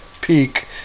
peak